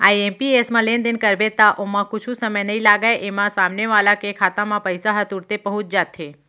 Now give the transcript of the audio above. IMPS म लेनदेन करबे त ओमा कुछु समय नइ लागय, एमा सामने वाला के खाता म पइसा ह तुरते पहुंच जाथे